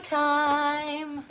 time